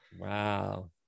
Wow